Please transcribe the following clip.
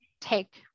take